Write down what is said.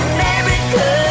America